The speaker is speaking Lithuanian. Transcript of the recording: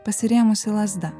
pasirėmusi lazda